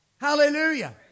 Hallelujah